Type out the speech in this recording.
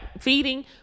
feeding